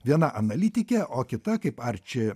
viena analitikė o kita kaip arči